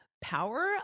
power